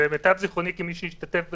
למיטב זיכרוני, כמי השתתף בדיונים,